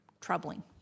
troubling